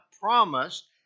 promised